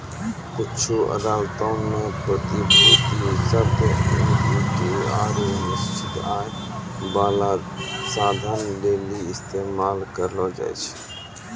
कुछु अदालतो मे प्रतिभूति शब्द इक्विटी आरु निश्चित आय बाला साधन लेली इस्तेमाल करलो जाय छै